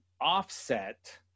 offset